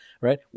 Right